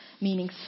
meaning